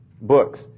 books